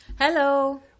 Hello